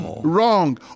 Wrong